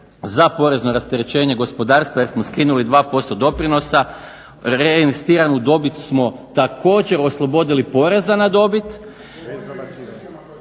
za porezno rasterećenje gospodarstva jer smo skinuli 2% doprinosa, reinvestiranu dobit smo također oslobodili poreza na dobit,